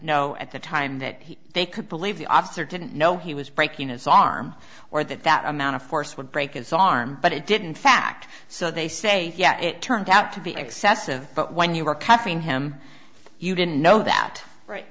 know at the time that they could believe the officer didn't know he was breaking his arm or that that amount of force would break his arm but it didn't fact so they say yeah it turned out to be excessive but when you were covering him you didn't know that right